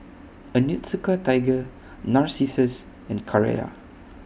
Onitsuka Tiger Narcissus and Carrera